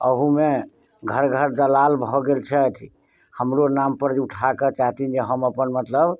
अहूमे घर घर दलाल भऽ गेल छथि हमरो नामपर उठा कऽ जे चाहथिन हम अपन मतलब